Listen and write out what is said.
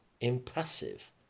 impassive